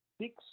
Six